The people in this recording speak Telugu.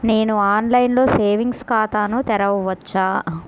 నేను ఆన్లైన్లో సేవింగ్స్ ఖాతాను తెరవవచ్చా?